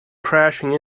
crashing